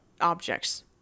objects